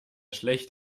schlecht